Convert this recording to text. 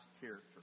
character